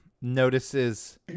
notices